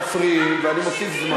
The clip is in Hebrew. אתם מפריעים, ואני מוסיף זמן.